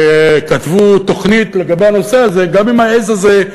שכתבו תוכנית לגבי הנושא הזה,